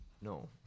No